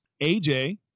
AJ